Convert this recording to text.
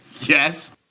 Yes